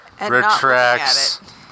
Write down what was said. retracts